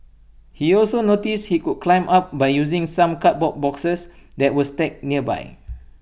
he also noticed he could climb up by using some cardboard boxes that were stacked nearby